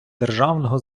державного